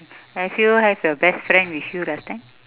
have you have your best friend with you last time